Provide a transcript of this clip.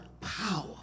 power